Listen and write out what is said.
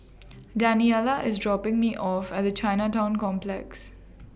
Daniela IS dropping Me off At Chinatown Complex